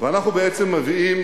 ואנחנו בעצם מביאים